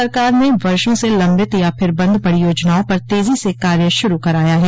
सरकार ने वर्षो से लम्बित या फिर बंद पड़ी योजनाओं पर तेजी से कार्य शुरू कराया है